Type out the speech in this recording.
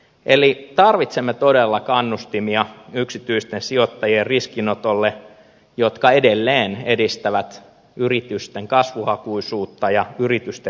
eli tarvitsemme todella kannustimia yksityisten sijoittajien riskinotolle jotka edelleen edistävät yritysten kasvuhakuisuutta ja yritysten riskinottoa